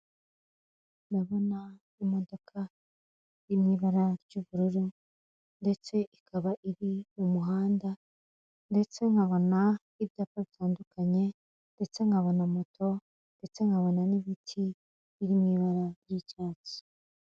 Ndabona imodoko iri mu ibara ry'ubururu ndetse ikaba iri mu muhanda, ndetse nkabona n'ibyapa bitandukanye ndetse nkabona na moto ndetse nkabona n'ibiti biri mu ibara ry'icyatsi.